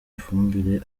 ifumbire